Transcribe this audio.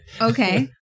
Okay